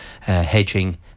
hedging